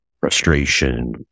frustration